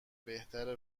بهتره